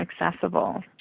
accessible